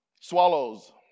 Swallows